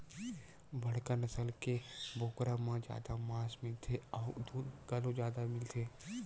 बड़का नसल के बोकरा म जादा मांस मिलथे अउ दूद घलो जादा मिलथे